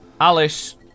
Alice